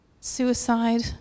suicide